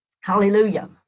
Hallelujah